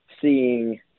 seeing –